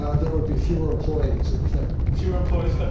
ah there would be fewer employees at the fed. fewer employees. but